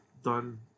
done